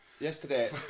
Yesterday